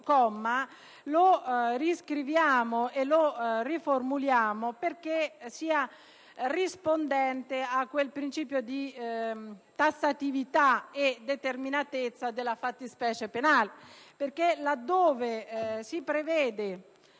il primo comma e lo riformuliamo perché sia rispondente a quel principio di tassatività e determinatezza della fattispecie penale. Infatti, laddove si prevede